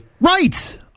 Right